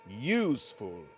useful